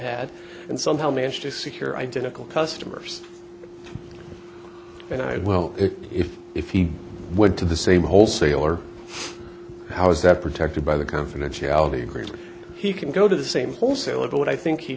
had and somehow managed to secure identical customers and i well if if he went to the same wholesaler how is that protected by the confidentiality agreement he can go to the same wholesaler but what i think he